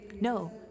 No